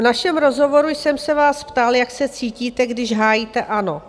V našem rozhovoru jsem se vás ptal, jak se cítíte, když hájíte ANO.